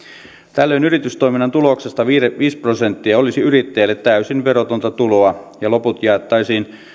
tällöin yritystoiminnan tuloksesta viisi prosenttia olisi yrittäjälle täysin verotonta tuloa ja loput jaettaisiin